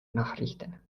nachrichten